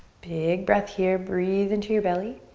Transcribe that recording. big breath here, breathe into your belly.